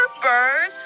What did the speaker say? Bird